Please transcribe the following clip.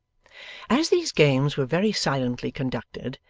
as these games were very silently conducted,